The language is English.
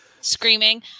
screaming